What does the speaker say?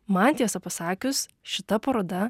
man tiesą pasakius šita paroda